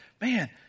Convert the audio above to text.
man